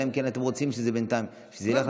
אלא אם כן אתם רוצים שזה ילך לוועדה.